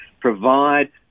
provide